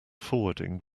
forwarding